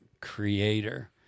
creator